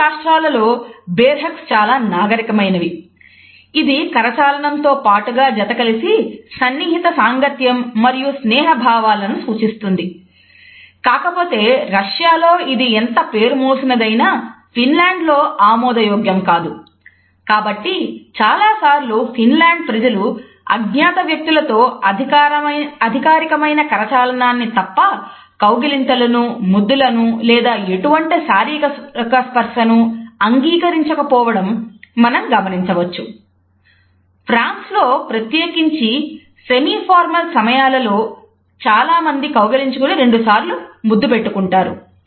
Russia రాష్ట్రాలలో సమయాలలో చాలామంది కౌగిలించుకుని రెండుసార్లు ముద్దు పెట్టుకుంటారు